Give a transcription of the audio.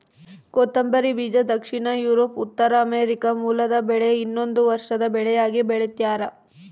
ಕೊತ್ತಂಬರಿ ಬೀಜ ದಕ್ಷಿಣ ಯೂರೋಪ್ ಉತ್ತರಾಮೆರಿಕಾದ ಮೂಲದ ಬೆಳೆ ಇದೊಂದು ವರ್ಷದ ಬೆಳೆಯಾಗಿ ಬೆಳ್ತ್ಯಾರ